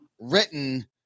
written